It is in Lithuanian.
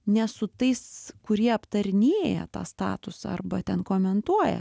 ne su tais kurie aptarinėja tą statusą arba ten komentuoja